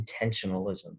intentionalism